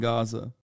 Gaza